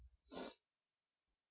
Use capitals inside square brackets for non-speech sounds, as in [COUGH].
[BREATH]